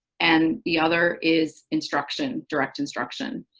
and the other is instruction, direct instruction.